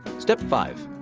step five.